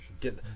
Get